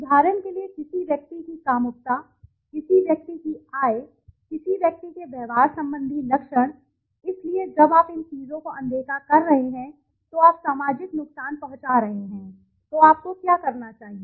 उदाहरण के लिए किसी व्यक्ति की कामुकता किसी व्यक्ति की आय किसी व्यक्ति के व्यवहार संबंधी लक्षण इसलिए जब आप इन चीजों को अनदेखा कर रहे हैं तो आप सामाजिक नुकसान पहुंचा रहे हैं तो आपको क्या करना चाहिए